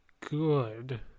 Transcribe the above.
good